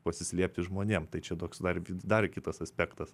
pasislėpti žmonėm tai čia toks dar dar kitas aspektas